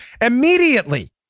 immediately